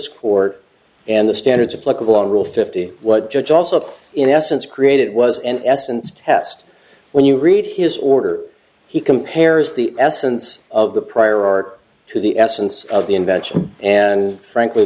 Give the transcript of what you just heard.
court and the standards of pluggable on rule fifty what judge also in essence created was in essence test when you read his order he compares the essence of the prior art to the essence of the invention and frankly